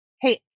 hey